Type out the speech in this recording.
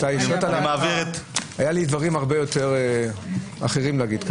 היו לי דברים אחרים להגיד,